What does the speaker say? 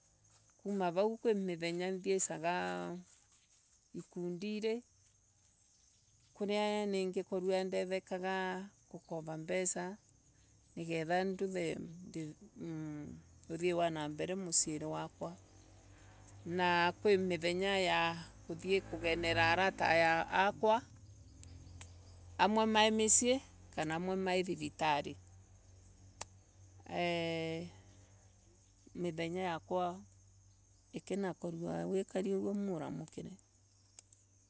Kuma vau kwi mithenga thiesaga ikunduri kuria ningekorwa ndethekaga gukora mbesa nigetha nduthe uthii wa nambere musiiri wakwa na kwi mithenga ya kuthii kugemera arata akwa. amwe mai misii kana amwe mai vivitari. eeh mithenga yakwa ikina korwa ikari uguo muramukire.